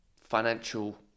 financial